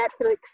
Netflix